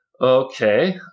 Okay